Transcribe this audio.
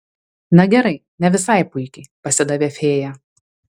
na gerai ne visai puikiai pasidavė fėja